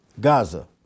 Gaza